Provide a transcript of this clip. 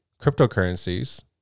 cryptocurrencies